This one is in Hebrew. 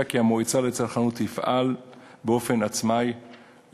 כי המועצה לצרכנות תפעל באופן עצמאי,